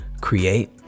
create